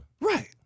Right